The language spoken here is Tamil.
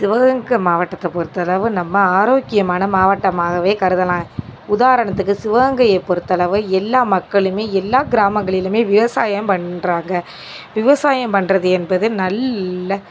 சிவகங்கை மாவட்டத்தை பொறுத்தளவு நம்ம ஆரோக்கியமான மாவட்டமாகவே கருதலாம் உதாரணத்துக்கு சிவகங்கையை பொறுத்தளவு எல்லா மக்களுமே எல்லா கிராமங்களிலுமே விவசாயம் பண்ணுறாங்க விவசாயம் பண்ணுறது என்பது நல்ல